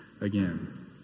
again